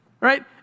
Right